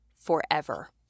forever